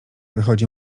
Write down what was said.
wychodzi